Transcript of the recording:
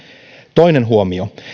toinen huomio